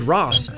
Ross